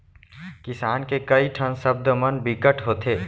किसान के कइ ठन सब्द मन बिकट होथे